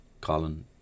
Colin